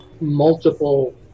multiple